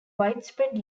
widespread